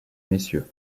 messieurs